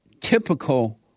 typical